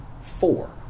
four